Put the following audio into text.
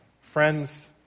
Friends